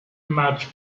much